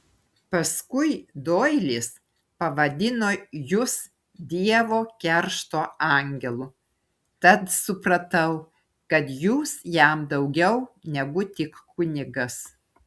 paskui doilis pavadino jus dievo keršto angelu tad supratau kad jūs jam daugiau negu tik kunigas